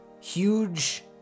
Huge